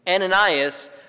Ananias